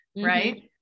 right